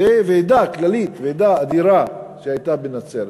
זו ועידה כללית, ועידה אדירה, שהייתה בנצרת.